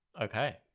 Okay